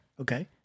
Okay